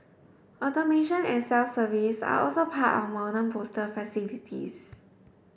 automation and self service are also part of modern postal facilities